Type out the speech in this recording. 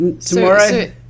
tomorrow